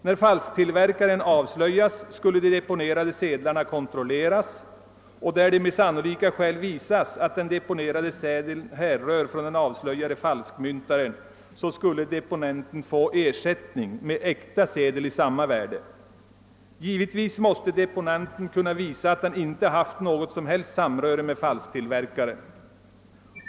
När falsktillverkaren avslöjas skulle de deponerade sedlarna kontrolleras, och där det med sannolika skäl visas att den deponerade sedeln härrör från den, avslöjade falskmyntaren skulle deponenten få ersättning med äkta sedel av samma värde. Givetvis måste deponenten kunna visa att han inte haft något som helst samröre med falsktillverkaren.